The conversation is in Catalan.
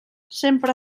sempre